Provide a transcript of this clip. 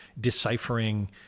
deciphering